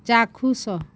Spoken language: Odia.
ଚାକ୍ଷୁଷ